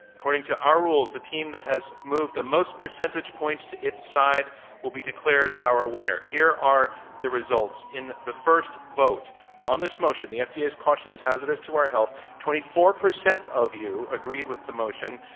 according to our rules, the team that has moved the most percentage points to its side will be declared our winner. here are the results. in the first vote on this motion, the fda's caution is hazardous to our health, twenty twenty four percent of you agreed with the motion,